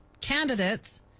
candidates